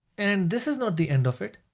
and this is not the end of it.